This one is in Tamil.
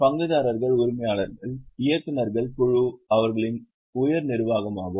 பங்குதாரர்கள் உரிமையாளர்கள் இயக்குநர்கள் குழு அவர்களின் உயர் நிர்வாகமாகும்